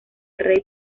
rey